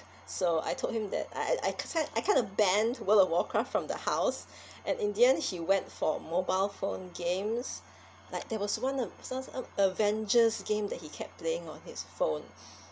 so I told him that I I kind I kinda ban world of warcraft from the house and in the end he went for mobile phone games like there was one of sort of avengers game that he kept playing on his phone